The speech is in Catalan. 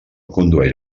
condueix